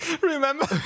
Remember